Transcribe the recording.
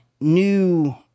new